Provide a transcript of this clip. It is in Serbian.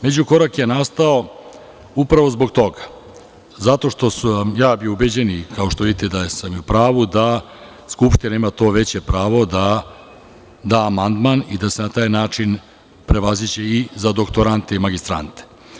Međukorak je nastao upravo zbog toga, zato što sam ja bio ubeđen i kao što vidite da sam i u pravu da Skupština ima to veće pravo da da amandman i da se na taj način prevaziđe i za doktorante i magistrante.